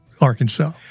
Arkansas